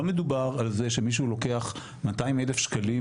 לא מדובר על זה שמישהו לוקחת 200,000 שקלים